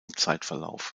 zeitverlauf